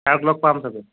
ছাৰক লগ পাম চাগৈ